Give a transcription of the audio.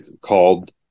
called